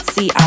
See